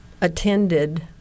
attended